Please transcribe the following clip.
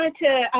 ah to,